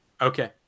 Okay